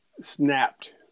snapped